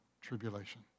tribulation